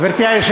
ג'מאל זה יופי.